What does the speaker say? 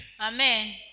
Amen